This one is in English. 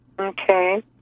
Okay